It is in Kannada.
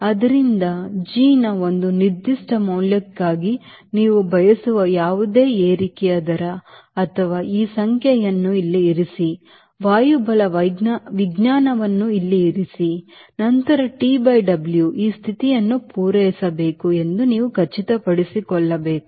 ಆದ್ದರಿಂದ Gಯ ಒಂದು ನಿರ್ದಿಷ್ಟ ಮೌಲ್ಯಕ್ಕಾಗಿ ನೀವು ಬಯಸುವ ಯಾವುದೇ ಏರಿಕೆ ದರ ಆ ಸಂಖ್ಯೆಯನ್ನು ಇಲ್ಲಿ ಇರಿಸಿ ವಾಯುಬಲವಿಜ್ಞಾನವನ್ನು ಇಲ್ಲಿ ಇರಿಸಿ ನಂತರ ಟಿ ಬೈ ಡಬ್ಲ್ಯೂ ಈ ಸ್ಥಿತಿಯನ್ನು ಪೂರೈಸಬೇಕು ಎಂದು ನೀವು ಖಚಿತಪಡಿಸಿಕೊಳ್ಳಬೇಕು